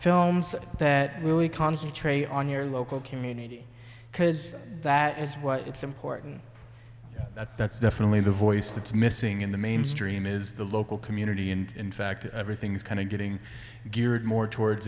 films that we concentrate on your local community because that is what it's important that that's definitely the voice that's missing in the mainstream is the local community and in fact everything's kind of getting geared more towards